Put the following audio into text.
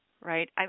right